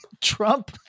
Trump